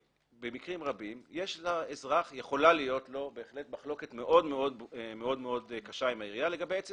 במקרים רבים לאזרח יכולה להיות מחלוקת קשה מאוד עם העירייה לגבי עצם